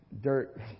dirt